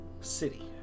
city